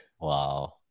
Wow